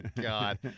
God